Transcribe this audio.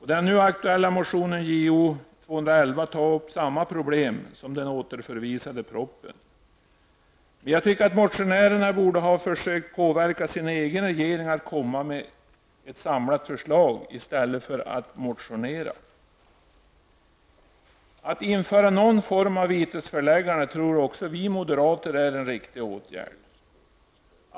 I den nu aktuella motionen, Jo211, tas samma problem upp som i den återförvisade propositionen. Jag tycker att motionärerna borde ha försökt påverka sin egen regering att komma med ett samlat förslag i stället för att motionera. Att införa någon form av vitesföreläggande tror också vi moderater är en riktig åtgärd.